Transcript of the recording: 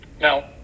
now